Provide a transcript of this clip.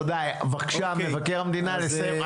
בבקשה נציג מבקר המדינה לסיים.